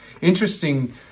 interesting